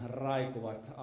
raikuvat